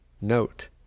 Note